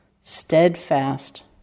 steadfast